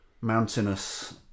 mountainous